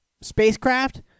spacecraft